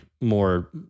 more